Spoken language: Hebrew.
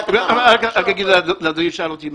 לדעתי,